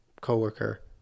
coworker